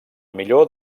millor